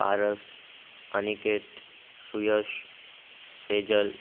Paras Aniket Suyash Sejal